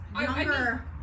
younger